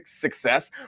success